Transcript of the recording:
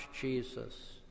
Jesus